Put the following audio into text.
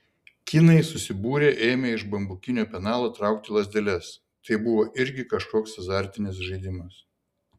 kinai susibūrę ėmė iš bambukinio penalo traukti lazdeles tai buvo irgi kažkoks azartinis žaidimas